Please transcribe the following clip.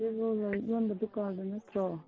ꯁꯤꯕꯨ ꯂꯥꯏꯔꯤꯛ ꯌꯣꯟꯕ ꯗꯨꯀꯥꯟꯗꯨ ꯅꯠꯇ꯭ꯔꯣ